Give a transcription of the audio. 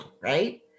right